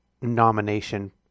nomination